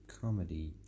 comedy